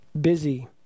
busy